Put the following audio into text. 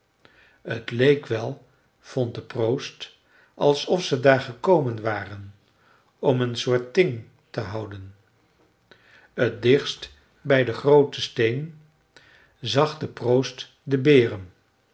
het leek wel vond de proost alsof ze daar gekomen waren om een soort ting te houden t dichtst bij den grooten steen zag de proost de beren